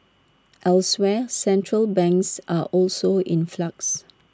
elsewhere central banks are also in flux